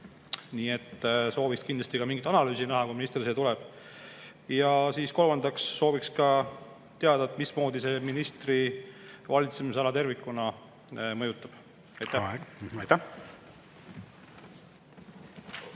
Nii et sooviks kindlasti ka mingit analüüsi näha, kui minister siia tuleb. Ja kolmandaks sooviks teada, mismoodi see ministri valitsemisala tervikuna mõjutab. Aitäh!